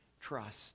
trust